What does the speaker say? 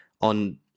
on